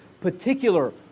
particular